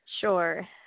sure